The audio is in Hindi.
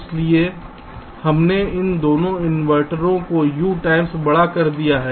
इसलिए हमने इन दोनों इनवर्टरों को यू टाइम्स बड़ा बना दिया है